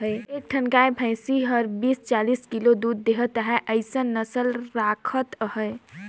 एक ठन गाय भइसी हर बीस, पचीस किलो दूद देहत हे अइसन नसल राखत अहे